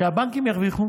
ושהבנקים ירוויחו